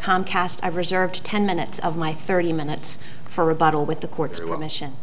comcast i reserved ten minutes of my thirty minutes for rebuttal with the courts that were mission